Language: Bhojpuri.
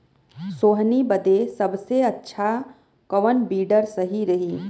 सोहनी बदे सबसे अच्छा कौन वीडर सही रही?